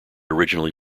originally